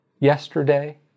yesterday